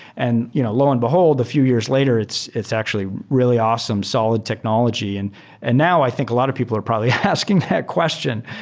and you know lo and behold, a few years later, it's it's actually really awesome solid technology. and and now i think a lot of people are probably asking that question.